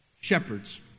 Shepherds